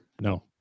no